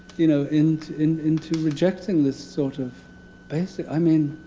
you know into and into rejecting this sort of basic i mean,